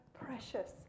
precious